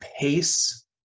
pace